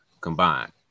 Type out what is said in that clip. combined